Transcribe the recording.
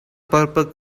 purple